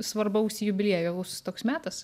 svarbaus jubiliejaus toks metas